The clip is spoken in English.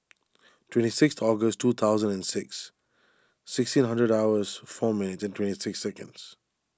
twenty six August two thousand and six sixteen hundred hours four minutes and twenty six seconds